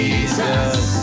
Jesus